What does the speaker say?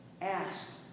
ask